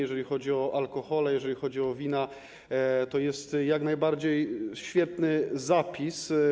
Jeżeli chodzi o alkohole, jeżeli chodzi o wina, to jest to jak najbardziej świetny zapis.